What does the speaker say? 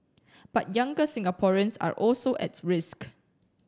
but younger Singaporeans are also at risk